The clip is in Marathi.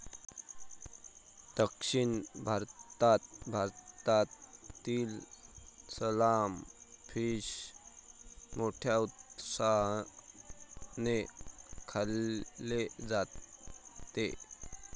दक्षिण भारतात भारतीय सलमान फिश मोठ्या उत्साहाने खाल्ले जाते